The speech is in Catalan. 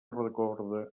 recorda